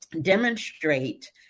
demonstrate